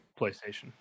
PlayStation